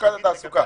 לשכת התעסוקה,